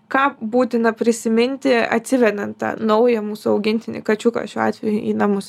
ką būtina prisiminti atsivedant tą naują mūsų augintinį kačiuką šiuo atveju į namus